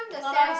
not nice